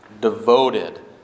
devoted